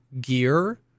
gear